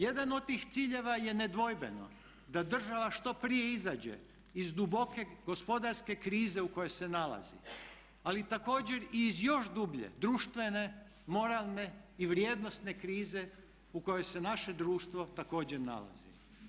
Jedan od tih ciljeva je nedvojbeno da država što prije izađe iz duboke gospodarske krize u kojoj se nalazi, ali također i iz još dublje društvene, moralne i vrijednosne krize u kojoj se naše društvo također nalazi.